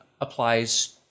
applies